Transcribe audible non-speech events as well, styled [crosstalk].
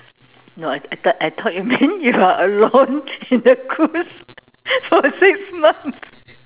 no I thought I thought you meant you are alone in the cruise [laughs] for six months